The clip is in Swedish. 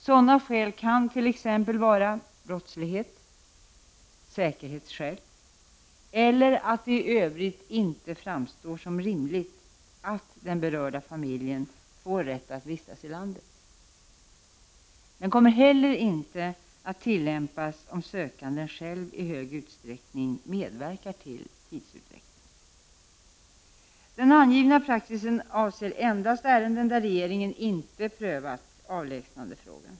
Sådana skäl kan t.ex. vara brottslighet, säkerhetsskäl eller att det i övrigt inte framstår som rimligt att den berörda familjen får rätt att vistas i landet. Den kommer inte heller att tillämpas om sökanden själv i stor utsträckning medverkar till tidsutdräkten. Den angivna praxisen avser endast ärenden där regeringen inte prövat avlägsnandefrågan.